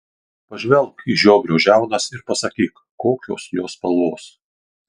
pažvelk į žiobrio žiaunas ir pasakyk kokios jos spalvos